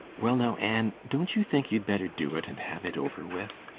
well now, anne, don't you think you'd better do it and have it over with?